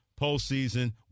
postseason